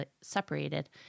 separated